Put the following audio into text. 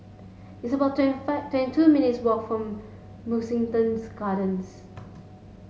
it's about twenty five twenty two minutes' walk from Mugliston'S Gardens